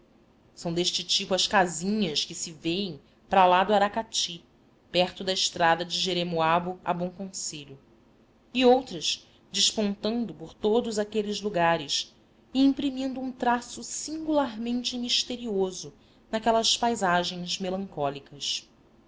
são deste tipo as casinhas que se vêem para lá do aracati perto da estrada de jeremoabo a bom conselho e outras despontando por todos aqueles lugares e imprimindo um traço singularmente misterioso naquelas paisagens melancólicas